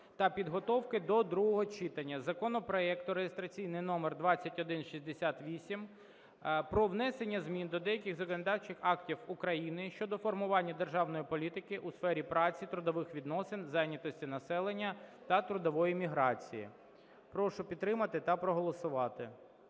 та підготовки до другого читання законопроекту (реєстраційний номер 2168) про внесення змін до деяких законодавчих актів України щодо формування державної політики у сфері праці, трудових відносин, зайнятості населення та трудової міграції. Прошу підтримати та проголосувати.